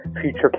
Future